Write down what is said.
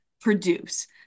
produce